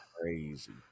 crazy